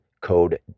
code